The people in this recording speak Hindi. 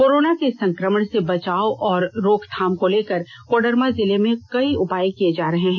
कोरोना के संक्रमण से बचाव और रोकथाम को लेकर कोडरमा जिले में कई उपाय किए जा रहे हैं